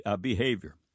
behavior